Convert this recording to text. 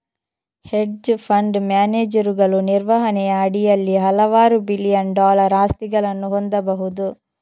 hedge fund ಮ್ಯಾನೇಜರುಗಳು ನಿರ್ವಹಣೆಯ ಅಡಿಯಲ್ಲಿ ಹಲವಾರು ಬಿಲಿಯನ್ ಡಾಲರ್ ಆಸ್ತಿಗಳನ್ನು ಹೊಂದಬಹುದು